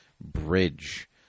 bridge